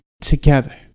together